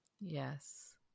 Yes